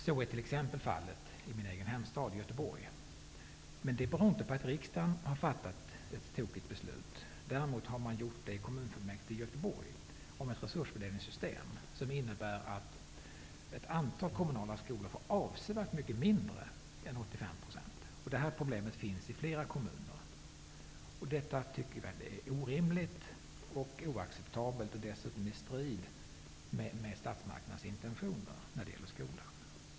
Så är t.ex. fallet i min hemstad Göteborg. Men det beror inte på att riksdagen har fattat ett tokigt beslut. Däremot har man gjort det i kommunfullmäktige i Göteborg. Där har beslut fattats om ett resursfördelningssystem som innebär att ett antal kommunala skolor får avsevärt mindre än 85 %. Det här problemet finns i flera kommuner. Vi tycker att det är orimligt och oacceptabelt och dessutom i strid med statsmakternas intentioner när det gäller skolan.